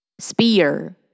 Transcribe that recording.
Spear